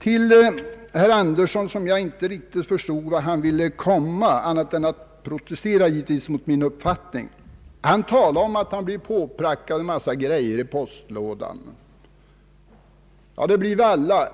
socialdemokratiska partiet. Jag förstod inte riktigt vart herr Andersson ville komma — annat än, givetvis, att han ville protestera mot min uppfattning. Han talade om att han blivit påprackad en massa grejor i postlådan. Ja, det blir vi alla.